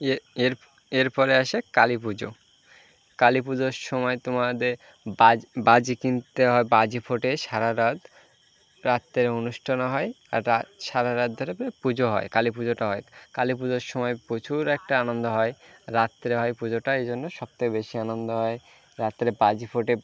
এর এর এরপরে আসে কালী পুজো কালী পুজোর সময় তোমাদের বাজ বাজি কিনতে হয় বাজি ফোটে সারা রাত রাতে অনুষ্ঠানও হয় এটা সারা রাত ধরে প্রায় পুজো হয় কালী পুজোটা হয় কালী পুজোর সময় প্রচুর একটা আনন্দ হয় রাত্রে হয় পুজোটা এই জন্য সব থেকে বেশি আনন্দ হয় রাত্রে বাজি ফোটে